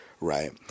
right